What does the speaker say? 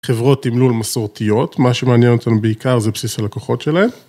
חברות תמלול מסורתיות, מה שמעניין אותנו בעיקר זה בסיס הלקוחות שלהם.